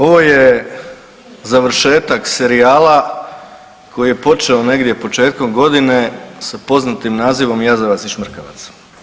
Ovo je završetak serijala koji je počeo negdje početkom godine sa poznatim nazivom jazavac i šmrkavac.